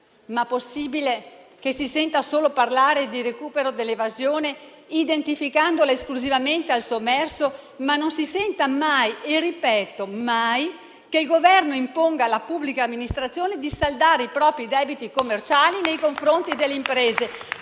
Possibile che si senta solo parlare di recupero dell'evasione, identificandolo esclusivamente con il sommerso, e che non si senta mai - ripeto, mai - che il Governo imponga alla pubblica amministrazione di saldare i propri debiti commerciali nei confronti delle imprese